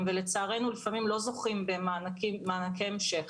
ולצערנו לפעמים לא זוכים במענקי המשך